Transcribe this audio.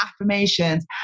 affirmations